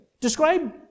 describe